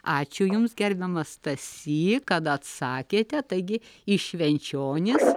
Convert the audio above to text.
ačiū jums gerbiamas stasy kad atsakėte taigi į švenčionis